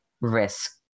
risk